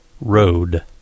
Road